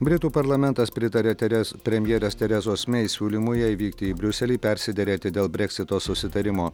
britų parlamentas pritarė teres premjerės teresos mei siūlymu jai vykti į briuselį persiderėti dėl breksito susitarimo